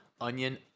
onion